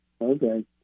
Okay